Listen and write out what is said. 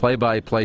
PLAY-BY-PLAY